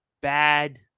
bad